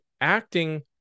acting